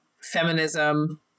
feminism